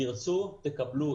תרצו תקבלו.